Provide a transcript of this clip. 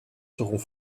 seront